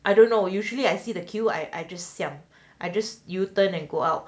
I don't know usually I see the queue I I just siam I just U turn and go out